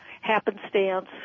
happenstance